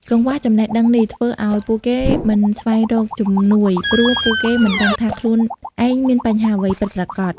កង្វះចំណេះដឹងនេះ ធ្វើឱ្យពួកគេមិនស្វែងរកជំនួយ ព្រោះពួកគេមិនដឹងថាខ្លួនឯងមានបញ្ហាអ្វីពិតប្រាកដ។